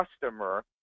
customer